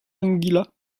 anguilla